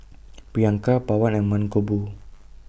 Priyanka Pawan and Mankombu